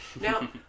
Now